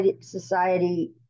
society